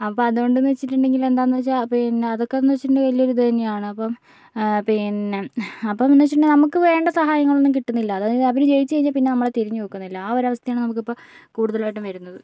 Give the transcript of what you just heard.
അപ്പോൾ അതുകൊണ്ടെന്നു വെച്ചിട്ടുണ്ടങ്കിൽ എന്താണെന്ന് വെച്ചാൽ പിന്നെ അതൊക്കെയെന്നു വെച്ചിട്ടുണ്ടെങ്കിൽ വലിയൊരു ഇതുതന്നെയാണ് അപ്പോൾ പിന്നെ അപ്പോഴെന്നു വെച്ചിട്ടുണ്ടങ്കിൽ നമുക്ക് വേണ്ട സഹായങ്ങളൊന്നും കിട്ടുന്നില്ല അതായത് അവരു ജയിച്ചു കഴിഞ്ഞാൽ പിന്നെ നമ്മളെ തിരിഞ്ഞു നോക്കുന്നില്ല ആ ഒരവസ്ഥയാണ് നമുക്കിപ്പോൾ കൂടുതലായിട്ടും വരുന്നത്